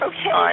Okay